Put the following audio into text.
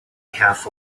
half